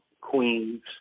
Queens